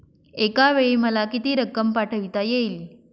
एकावेळी मला किती रक्कम पाठविता येईल?